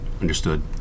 Understood